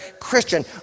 Christian